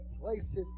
places